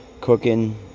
cooking